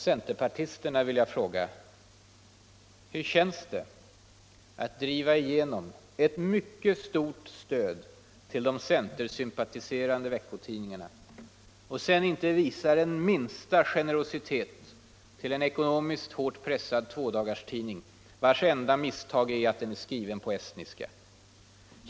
Centerpartisterna vill jag fråga: Hur känns det att driva igenom ett mycket stort stöd till de centersympatiserande veckotidningarna och sedan inte visa den minsta generositet gentemot en ekonomiskt hårt pressad tvådagarstidning, vars enda misstag är att den är skriven på estniska?